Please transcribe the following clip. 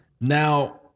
now